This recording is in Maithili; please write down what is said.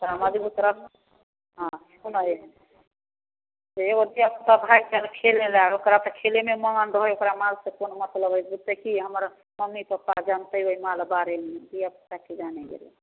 ओकरा मजगुत रस्सी हँ रुकू ने ए एगो धिआपुता भागि जायत खेले लए ओकरा तऽ खेलेमे मुन्ड होइ ओकरा मालसँ कोन मतलब हय बुझतै की हम्मर मम्मी पप्पा जनतै ओइ माल बारेमे धिआपुता की जाने गेलै